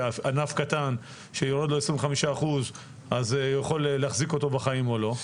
שעבור ענף קטן 25% יכולים להחזיק אותו בחיים או לא.